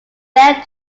dead